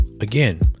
Again